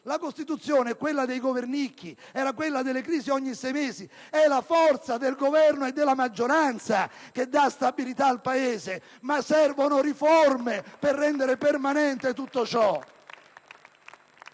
La Costituzione è quella dei governicchi, era quella delle crisi ogni sei mesi: è la forza del Governo e della maggioranza che dà stabilità al Paese, ma servono riforme per rendere permanente tutto ciò.